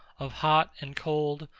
of hot and cold,